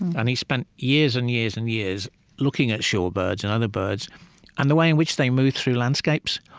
and he spent years and years and years looking at shorebirds and other birds and the way in which they move through landscapes,